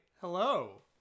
Hello